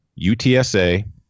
UTSA